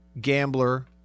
gambler